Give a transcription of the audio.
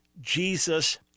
Jesus